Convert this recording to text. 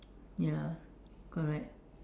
ya correct